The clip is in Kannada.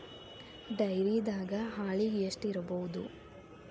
ಡೈರಿದಾಗ ಹಾಲಿಗೆ ಎಷ್ಟು ಇರ್ಬೋದ್?